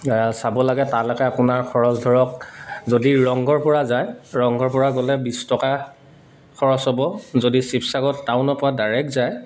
চাব লাগে তালৈকে আপোনাৰ খৰচ ধৰক যদি ৰংঘৰ পৰা যায় ৰংঘৰ পৰা গ'লে বিছ টকা খৰচ হ'ব যদি শিৱসাগৰত টাউনৰ পৰা ডাইৰেক্ট যায়